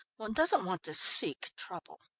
one doesn't want to seek trouble.